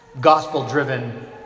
gospel-driven